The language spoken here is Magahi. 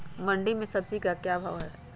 मंडी में सब्जी का क्या भाव हैँ?